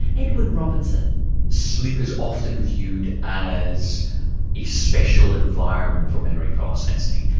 edwin robertson. sleep is often viewed as a special environment for memory processing.